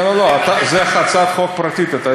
אני כתבתי ואני מוכן להתנדב לתת לכם את זה.